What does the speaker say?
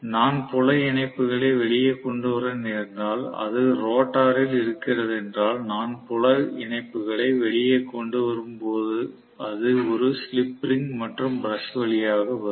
நான் புல இணைப்புகளை வெளியே கொண்டு வர நேர்ந்தால் அது ரோட்டரில் இருக்கிறதென்றால் நான் புல இணைப்புகளை வெளியே கொண்டு வரும்போது அது ஒரு ஸ்லிப் ரிங் மற்றும் பிரஷ் வழியாக வரும்